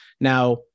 Now